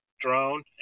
drone